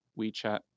WeChat